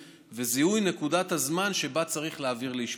וזיהוי נקודת הזמן שבה צריך להעביר לאשפוז.